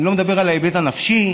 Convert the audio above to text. אני לא מדבר על ההיבט הנפשי,